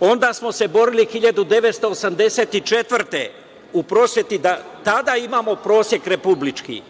Onda smo se borili 1984. godine u prosveti da tada imamo prosek republički.